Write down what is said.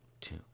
two